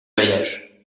bailliage